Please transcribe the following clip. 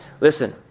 Listen